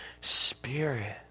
spirit